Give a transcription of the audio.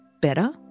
Better